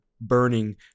burning